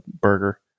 burger